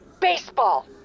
baseball